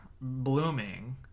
blooming